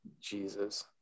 Jesus